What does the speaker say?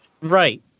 Right